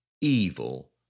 evil